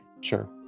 Sure